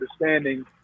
understanding